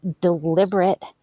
deliberate